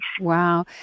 Wow